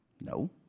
No